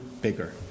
bigger